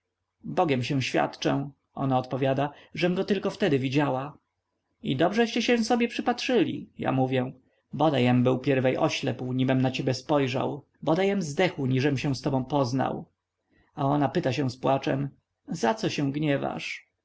bogiem się świadczę ona odpowiada żem go tylko wtedy widziała i dobrzeście się sobie przypatrzyli ja mówię bodajem był pierwiej oślepł nimem na cię spojrzał bodajem zdechł niżem się z tobą poznał a ona pyta się z płaczem zaco się gniewasz